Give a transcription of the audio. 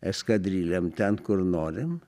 eskadrilėm ten kur norim